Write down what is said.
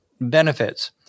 benefits